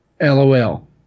LOL